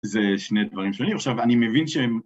זה שני דברים שונים, עכשיו אני מבין שהם...